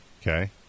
Okay